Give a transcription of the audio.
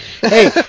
Hey